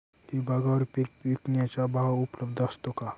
विभागवार पीक विकण्याचा भाव उपलब्ध असतो का?